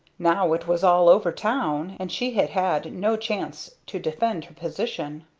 now it was all over town and she had had no chance to defend her position.